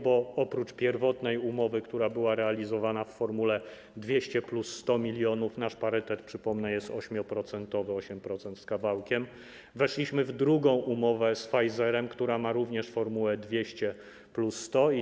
Bo oprócz pierwotnej umowy, która była realizowana w formule 200 + 100 mln - przypomnę, że nasz parytet to jest 8%, 8% z kawałkiem - weszliśmy w drugą umowę z Pfizerem, która ma również formułę 200 + 100 mln.